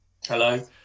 Hello